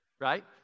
right